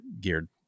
geared